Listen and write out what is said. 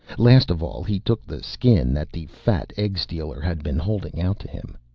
last of all, he took the skin that the fat egg-stealer had been holding out to him.